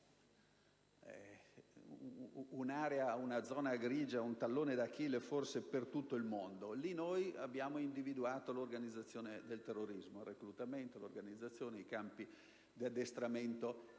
è una zona grigia, un tallone d'Achille forse per tutto il mondo. Lì noi abbiamo individuato le basi del terrorismo: il reclutamento, l'organizzazione e i campi di addestramento.